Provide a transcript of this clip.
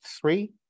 three